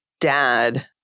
dad